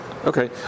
Okay